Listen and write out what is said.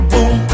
Boom